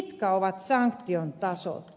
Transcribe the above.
mitkä ovat sanktion tasot